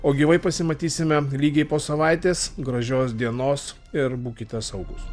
o gyvai pasimatysime lygiai po savaitės gražios dienos ir būkite saugūs